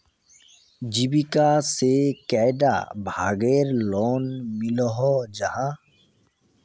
जीविका से कैडा भागेर लोन मिलोहो जाहा?